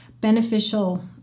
beneficial